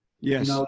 Yes